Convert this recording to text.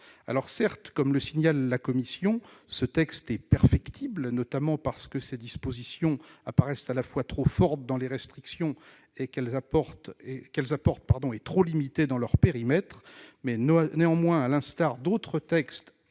finances, cette proposition de loi est perfectible, notamment parce que ses dispositions apparaissent à la fois trop fortes dans les restrictions qu'elles apportent et trop limitées dans leur périmètre. Néanmoins, à l'instar d'autres textes